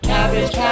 Cabbage